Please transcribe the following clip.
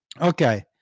Okay